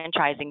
franchising